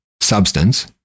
substance